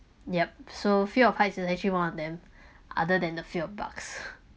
yup so fear of heights is actually one of them other than the fear of bugs